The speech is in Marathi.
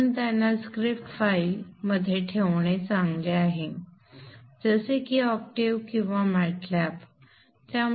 म्हणून त्यांना स्क्रिप्ट फाइल मध्ये ठेवणे चांगले आहे जसे की ऑक्टेव्ह किंवा मॅटलॅब